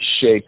shake